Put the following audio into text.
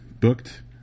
booked